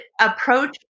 approach